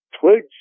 twigs